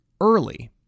early